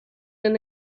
and